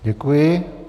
Děkuji.